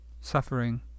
suffering